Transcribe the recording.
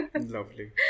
lovely